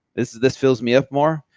this this fills me up more.